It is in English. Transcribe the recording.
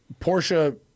Porsche